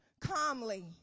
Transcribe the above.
calmly